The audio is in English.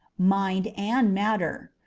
mind and matter.